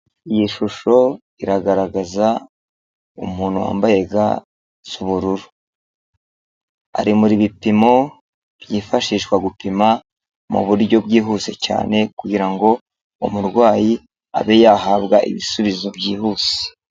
Iyi shusho ,iragaragaza umuntu wambaye ga z'ubururu .Ari muri bipimo byifashishwa gupima mu buryo bwihuse cyane kugirango umurwayi abe yahabwa ibisubizo byihuse.